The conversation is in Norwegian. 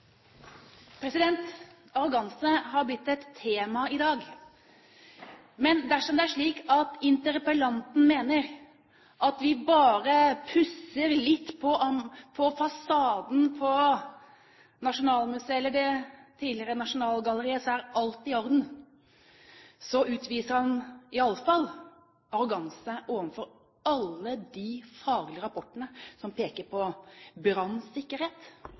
slik at interpellanten mener at bare vi pusser litt på fasaden på Nasjonalmuseet, eller det tidligere Nasjonalgalleriet, er alt i orden, så utviser han iallfall arroganse overfor alle de faglige rapportene som peker på brannsikkerhet,